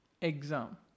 exam